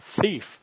thief